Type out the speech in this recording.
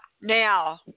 Now